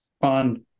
on